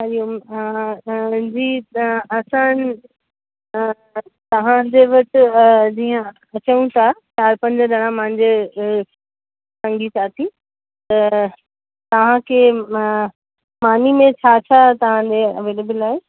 हरिओम जी असां तव्हांजे वटि जीअं अचूं था चारि पंज ॼणा मुंहिंजे संगी साथी त तव्हांखे मानी में छा छा तव्हांजे अवेलेबल आहे